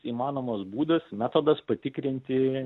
įmanomas būdas metodas patikrinti